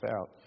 out